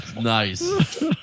Nice